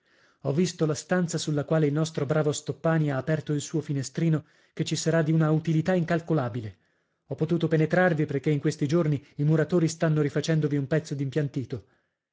ho visto la stanza sulla quale il nostro bravo stoppani ha aperto il suo finestrino che ci sarà di una utilità incalcolabile ho potuto penetrarvi perché in questi giorni i muratori stanno rifacendovi un pezzo d'impiantito